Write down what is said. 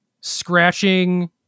scratching